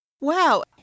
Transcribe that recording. Wow